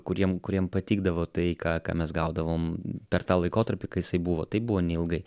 kuriem kuriem patikdavo tai ką ką mes gaudavom per tą laikotarpį kai jisai buvo tai buvo neilgai